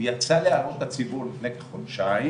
הוא יצא לציבור לפני כחודשיים.